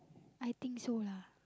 I think so lah